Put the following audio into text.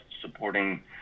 supporting